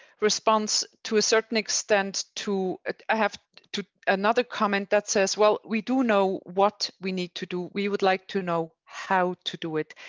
response to a certain extent to i have to another comment that says, well, we do know what we need to do. we would like to know how to do it.